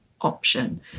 option